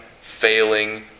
failing